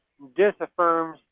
disaffirms